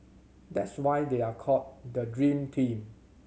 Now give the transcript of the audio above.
that's why they are called the dream team